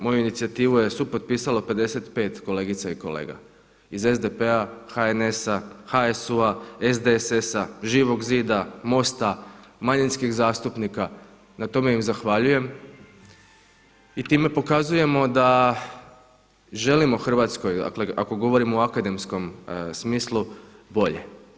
Moju inicijativu je potpisalo 55 kolegica i kolega iz SDP-a, HNS-a, HSU-a, SDSS-a, Živog zida, MOST-a, manjinskih zastupnika na tome im zahvaljujem i time pokazujemo da želimo Hrvatskoj, ako govorimo o akademskom smislu bolje.